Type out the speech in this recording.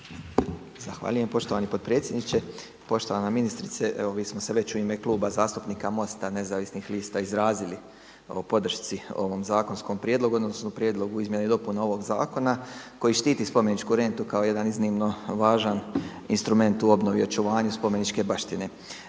Zahvaljujem poštovani potpredsjedniče. Poštovana ministrice, evo mi smo se već u ime Kluba zastupnika MOST-a nezavisnih lista izrazili o podršci ovom zakonskom prijedlogu, odnosno prijedlogu izmjena i dopuna ovog zakona koji štiti spomeničku rentu kao jedan iznimno važan instrument u obnovi i očuvanju spomeničke baštine.